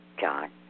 John